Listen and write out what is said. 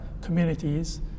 communities